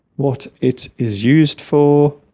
what it is used for